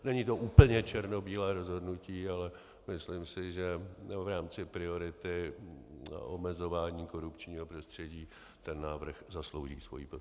Není to úplně černobílé rozhodnutí, ale myslím si, že v rámci priority omezování korupčního prostředí si ten návrh zaslouží svoji podporu.